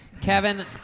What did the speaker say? Kevin